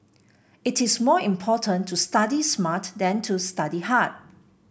it is more important to study smart than to study hard